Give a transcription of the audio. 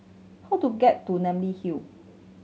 how do get to Namly Hill